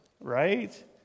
right